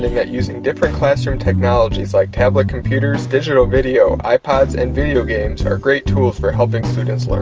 that using different classroom technologies like tablet computers, digital video, ipods and video games are great tools for helping students learn.